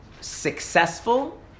successful